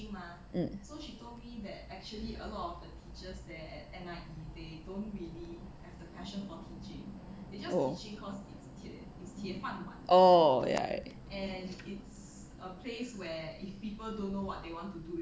oh ya